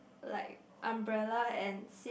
like umbrella and seat